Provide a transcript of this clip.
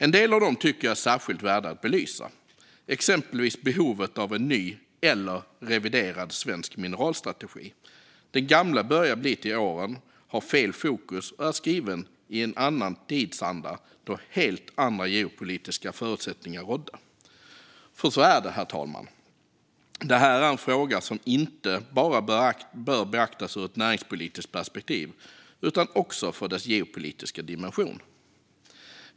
En del av dem tycker jag är särskilt värda att belysa, exempelvis behovet av en ny eller reviderad svensk mineralstrategi. Den gamla börjar bli till åren, har fel fokus och är skriven i en annan tidsanda då helt andra geopolitiska förutsättningar rådde. Så är det nämligen, herr talman: Detta är en fråga som inte bara bör beaktas ur ett näringspolitiskt perspektiv utan också med tanke på dess geopolitiska dimension.